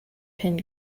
pin